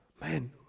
man